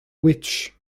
witch